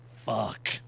Fuck